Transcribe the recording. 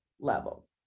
level